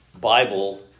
bible